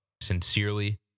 Sincerely